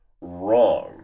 wrong